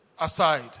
aside